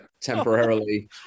temporarily